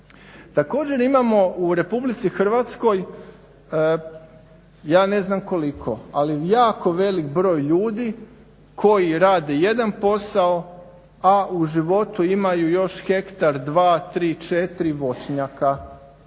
Također imamo u RH ja ne znam koliko ali jako velik broj ljudi koji rade jedan posao a u životu imaju još hektar, tri, dva, četiri voćnjaka.